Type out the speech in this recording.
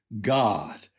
God